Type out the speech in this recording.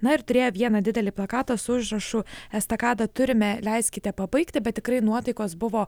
na ir turėjo vieną didelį plakatą su užrašu estakadą turime leiskite pabaigti bet tikrai nuotaikos buvo